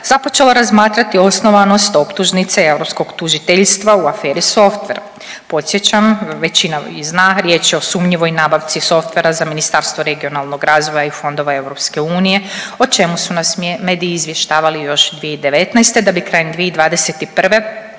započelo razmatrati osnovanost optužnice europskog tužiteljstva u aferi Softver. Podsjećam većina i zna riječ je o sumnjivoj nabavci softvera za Ministarstvo regionalnog razvoja i fondova EU o čemu su nas mediji izvještavali još 2019. da bi krajem 2021.